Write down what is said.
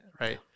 right